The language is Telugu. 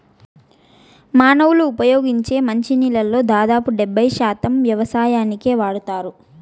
మానవులు ఉపయోగించే మంచి నీళ్ళల్లో దాదాపు డెబ్బై శాతం వ్యవసాయానికే వాడతారు